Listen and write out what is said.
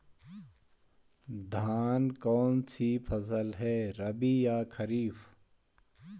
धान कौन सी फसल है रबी या खरीफ?